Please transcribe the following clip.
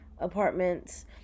apartments